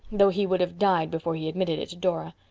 though he would have died before he admitted it to dora.